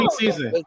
season